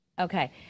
Okay